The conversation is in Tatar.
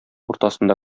уртасында